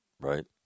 right